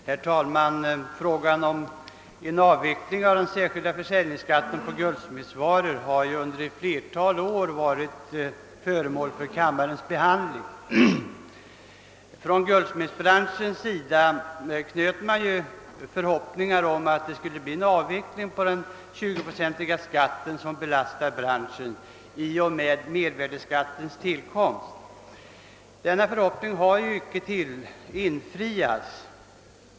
Herr talman! Frågan om en avveckling av den särskilda försäljningsskatten på guldsmedsvaror har ett flertal år behandlats av kammaren. Inom guldsmedsbranschen hyste man förhoppningar om att det i och med mervärdeskattens införande skulle bli en avveckling av den 20-procentiga skatt som belastar branschen. Denna förhoppning har icke infriats.